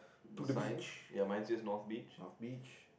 to the beach north beach